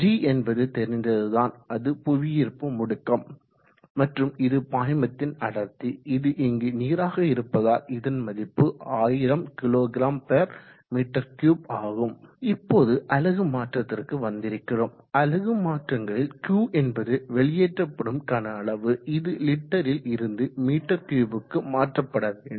g என்பது தெரிந்தது தான் அது புவியீர்ப்பு முடுக்கம் மற்றும் இது பாய்மத்தின் அடர்த்தி இது இங்கு நீராக இருப்பதால் இதன் மதிப்பு 1000 kgm3 ஆகும் இப்போது அலகு மாற்றத்திற்கு வந்திருக்கிறோம் அலகு மாற்றங்களில் Q என்பது வெளியேற்றப்படும் கன அளவு இது லிட்டரில் இருந்து மீட்டர் கியூப்க்கு மாற்றப்பட வேண்டும்